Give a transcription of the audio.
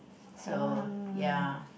so ya